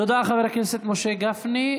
תודה, חבר הכנסת משה גפני.